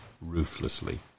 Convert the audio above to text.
ruthlessly